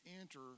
enter